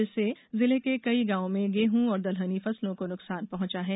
इससे जिले के कई गॉवों में गेहूं और दलहनी फसलों को नुकसान पहॅचा है